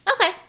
Okay